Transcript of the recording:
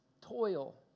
toil